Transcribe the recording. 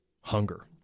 hunger